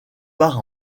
part